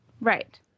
Right